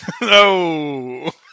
No